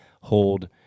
hold